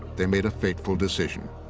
they made a fateful decision.